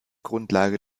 grundlage